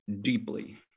deeply